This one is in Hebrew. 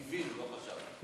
קיווינו, לא חשבנו.